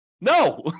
No